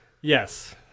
Yes